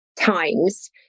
times